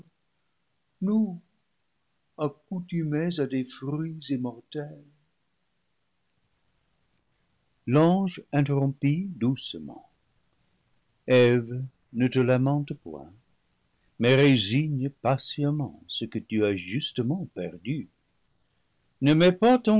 nous accoutumés à des fruits immortels l'ange interrompit doucement eve ne te lamente point mais résigne patiemment ce que tu as justement perdu ne mets pas ton